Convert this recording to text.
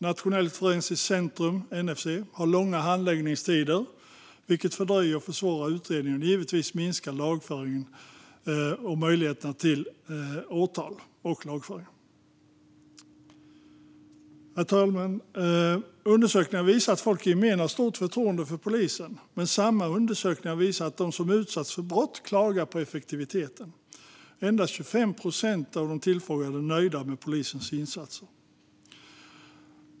Nationellt forensiskt centrum, NFC, har långa handläggningstider, vilket fördröjer och försvårar utredningen och minskar givetvis möjligheterna till åtal och lagföring. Herr talman! Undersökningar visar att folk i gemen har stort förtroende för polisen, men samma undersökningar visar att de som utsatts för brott klagar på effektiviteten. Endast 25 procent av de tillfrågade är nöjda med polisens insatser.